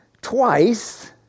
twice